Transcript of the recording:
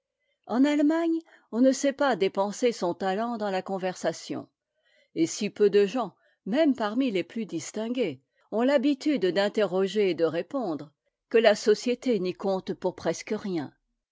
en allemagne on ne sait pas dépenser son talent dans la conversation et si peu de gens même parmi les plus distingués ont l'habitude d'interroger et de répondre que la société n'y compte pour presque rien